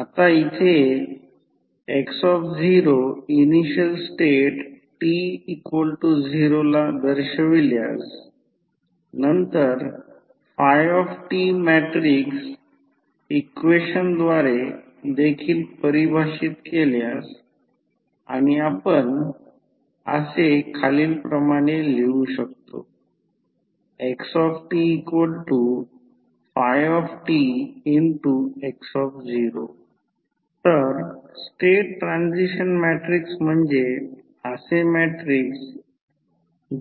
आता येथे x0 initial state t0 ला दर्शविल्यास नंतर t मॅट्रिक्स इक्वेशन द्वारे देखील परिभाषित केल्यास आणि आपण असे लिहू शकतो xtφtx0 तर स्टेट ट्रान्सिशन मॅट्रिक्स म्हणजे असे मॅट्रिक्स